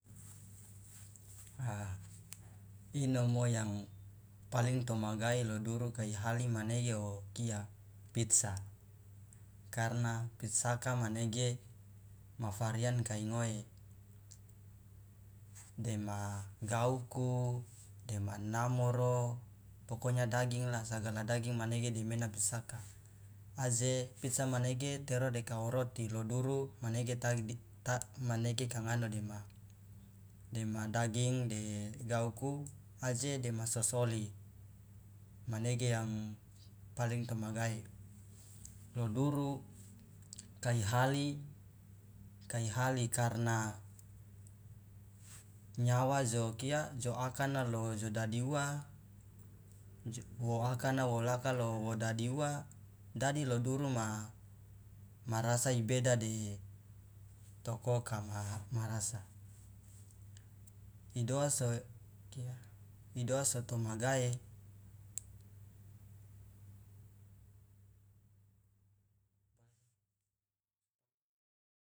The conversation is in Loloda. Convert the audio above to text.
a inomo yang paling tomagae lo duru kai hali manege okia o pitza karna pitzaka manege ma varian kai ngoe dema gauku dema namoro pokonya dagingla sagala daging manege demena pitzaka aje pitza manege tero de kao roti lo duru manege manege kangano dema dema daging de gauku aje dema sosoli manege yang paling tomagae lo duru kai hali kai hali karna nyawa jo kia jo akana lo jo dadi uwa wo akana wolaka lo wo dadi uwa dadi lo duru ma ma rasa ibeda de tokoka ma rasa idoaso kia idoa so tomagae.